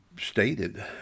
stated